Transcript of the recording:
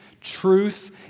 truth